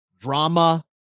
drama